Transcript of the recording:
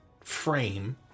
frame